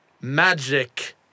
magic